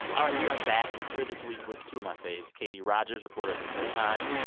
all right, we are back here this week with two of my faves, katie rogers, reporter at the new york times,